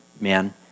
man